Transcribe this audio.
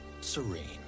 serene